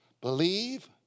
Believe